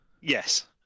Yes